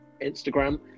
instagram